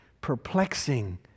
perplexing